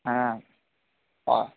हाँ और